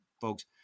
folks